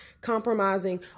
compromising